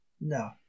no